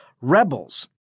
rebels